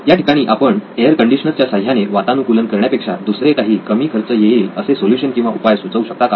याठिकाणी आपण air conditioner च्या साह्याने वातानुकूलन करण्यापेक्षा दुसरे काही कमी खर्च येईल असे सोल्युशन किंवा उपाय सुचवू शकता का